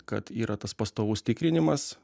kad yra tas pastovus tikrinimas